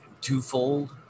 twofold